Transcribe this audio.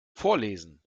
vorlesen